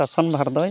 ᱥᱟᱥᱚᱱ ᱵᱷᱟᱨᱫᱚᱭ